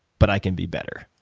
but i can be better.